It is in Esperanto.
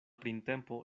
printempo